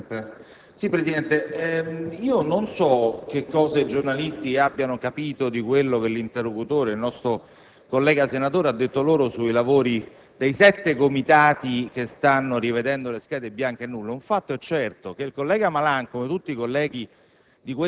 Presidente, non so che cosa i giornalisti abbiano capito di quello che un nostro collega senatore ha detto loro sul lavoro dei sette comitati che stanno rivedendo le schede bianche e nulle. Un fatto è certo: basta che il collega Malan, come tutti i colleghi